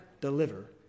deliver